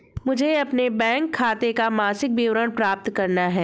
मुझे अपने बैंक खाते का मासिक विवरण प्राप्त करना है?